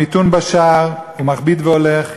המיתון בשער ומכביד והולך,